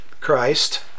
Christ